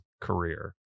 career